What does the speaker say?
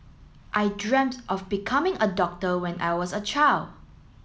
I dreamt of becoming a doctor when I was a child